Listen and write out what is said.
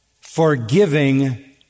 forgiving